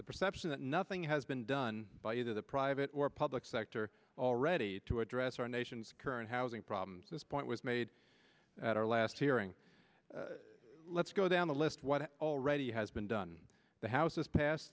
the perception that nothing has been done by either the private or public sector already to address our nation's current housing problems this point was made at our last hearing let's go down the list what already has been done the house pas